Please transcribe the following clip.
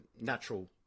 natural